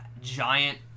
giant